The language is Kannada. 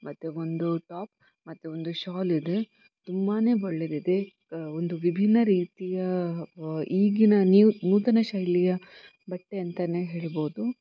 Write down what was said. ಮತ್ತು ಒಂದು ಟಾಪ್ ಮತ್ತು ಒಂದು ಶಾಲ್ ಇದೆ ತುಂಬಾ ಒಳ್ಳೆದಿದೆ ಒಂದು ವಿಭಿನ್ನ ರೀತಿಯ ಈಗಿನ ನ್ಯೂ ನೂತನ ಶೈಲಿಯ ಬಟ್ಟೆ ಅಂತಾನೇ ಹೇಳ್ಬೌದು